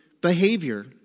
behavior